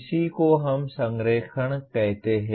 इसी को हम संरेखण कहते है